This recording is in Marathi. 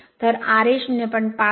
तर ra 0